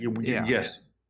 Yes